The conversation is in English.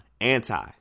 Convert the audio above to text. Anti